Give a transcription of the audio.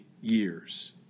years